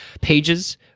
pages